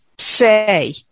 say